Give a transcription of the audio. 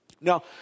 Now